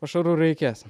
pašarų reikės